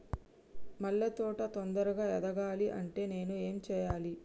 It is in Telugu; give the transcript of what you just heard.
మల్లె తోట తొందరగా ఎదగాలి అంటే నేను ఏం చేయాలి?